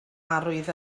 arwydd